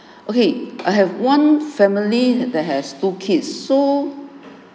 okay I have one family that has two kids so